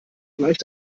gleich